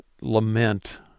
lament